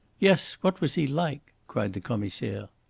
yes what was he like? cried the commissaire.